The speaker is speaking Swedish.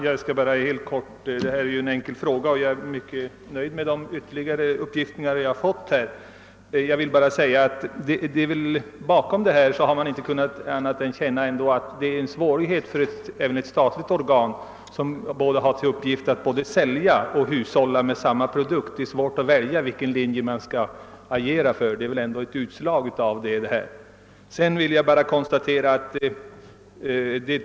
Herr talman! Eftersom debatten giäller en enkel fråga och jag är mycket nöjd med de ytterligare upplysningar jag har fått, vill jag bara helt kort konstatera att bakom dagens situation ändå kan skönjas svårigheten för ett organ — även om det är statligt — som har till uppgift både att sälja och att hushålla med samma produkt. Man har svårt att välja efter vilken linje man skall agera, och det nuvarande läget är väl ett utslag av detta.